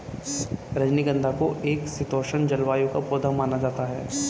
रजनीगंधा को एक शीतोष्ण जलवायु का पौधा माना जाता है